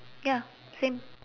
ya same